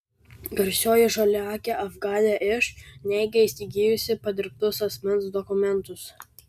garsioji žaliaakė afganė iš neigia įsigijusi padirbtus asmens dokumentus